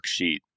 worksheet